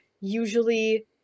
usually